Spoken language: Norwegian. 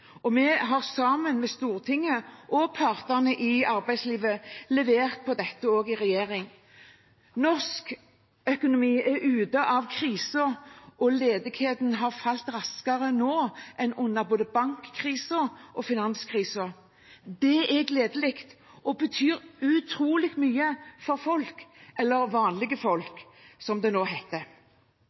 arbeidslivet leverte vi på dette i regjering. Norsk økonomi er ute av krisen, og ledigheten har falt raskere nå enn under både bankkrisen og finanskrisen. Det er gledelig og betyr utrolig mye for folk – eller «vanlige folk», som det nå heter.